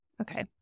Okay